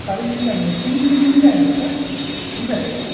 سارے مل جائیں گے پنک میں مل جائیں گے کیا مل جائے گا کیا